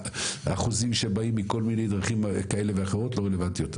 האחוזים שבאים מכל מיני דברים כאלה ואחרות לא רלוונטיות.